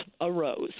arose